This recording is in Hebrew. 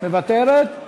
מוותרת?